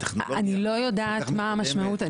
אני לא יודעת מה המשמעות.